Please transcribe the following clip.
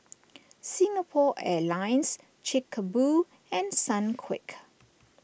Singapore Airlines Chic Boo and Sunquick